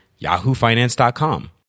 yahoofinance.com